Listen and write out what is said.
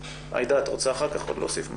עאידה, את רוצה להוסיף משהו?